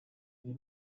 able